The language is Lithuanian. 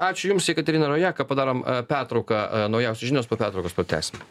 ačiū jums jekaterina rojaka padarom pertrauką naujausios žinios po pertraukos pratęsim